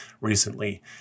recently